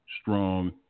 strong